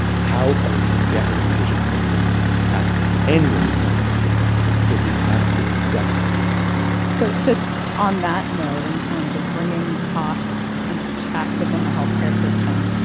how are we going to get in a position where we can pass pass any of these health care plans? because we absolutely desperately need to. so just on that note, in terms of bringing costs into check within the health care system.